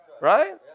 Right